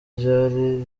ryari